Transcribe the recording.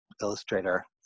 illustrator